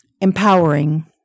empowering